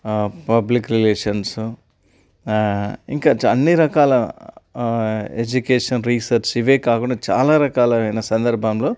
public relations ఇంకా చా అన్ని రకాల ఎడ్యుకేషన్ రీసర్చ్ ఇవే కాకుండా చాలా రకాలైన సందర్భంలో